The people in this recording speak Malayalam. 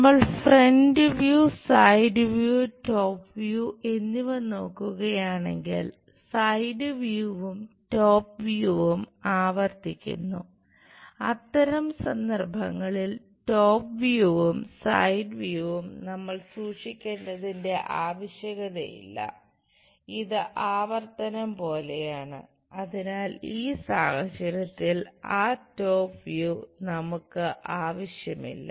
നമ്മൾ ഫ്രണ്ട് വ്യൂ നമുക്ക് ആവശ്യമില്ല